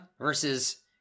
versus